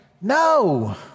No